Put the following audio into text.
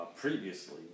previously